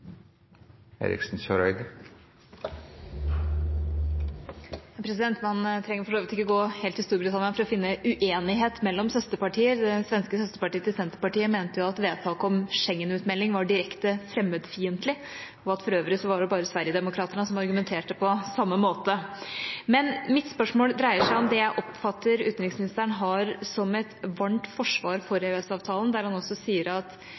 Man trenger for så vidt ikke gå helt til Storbritannia for å finne uenighet mellom søsterpartier. Det svenske søsterpartiet til Senterpartiet mente jo at vedtaket om Schengen-utmelding var direkte fremmedfiendtlig, og at det for øvrig bare var Sverigedemokraterna som argumenterte på samme måte. Mitt spørsmål dreier seg om det jeg oppfatter at utenriksministeren har som et varmt forsvar av EØS-avtalen, der han også sier at